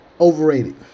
Overrated